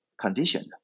conditioned